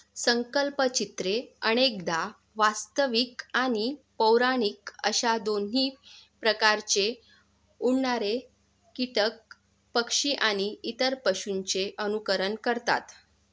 संकल्पचित्रे अनेकदा वास्तविक आणि पौराणिक अशा दोन्ही प्रकारचे उडणारे कीटक पक्षी आणि इतर पशूंचे अनुकरण करतात